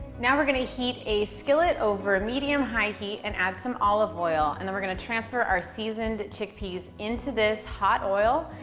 now, we're going to heat a skillet over medium-high heat and add some olive oil, and then we're going to transfer our seasoned chickpeas into this hot oil.